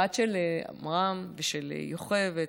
הבת של עמרם ושל יוכבד,